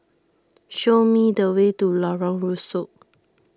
show me the way to Lorong Rusuk